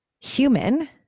human